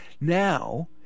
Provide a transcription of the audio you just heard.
Now